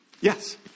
Yes